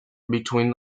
between